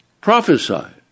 prophesied